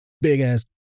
big-ass